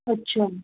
अच्छा